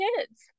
kids